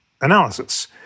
analysis